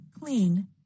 clean